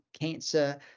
cancer